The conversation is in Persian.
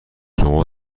شما